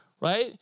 Right